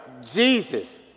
Jesus